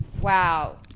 Wow